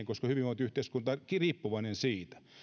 koska hyvinvointiyhteiskunta on riippuvainen siitä